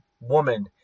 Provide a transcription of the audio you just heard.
woman